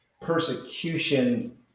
persecution